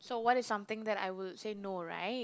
so what is something that I will say no right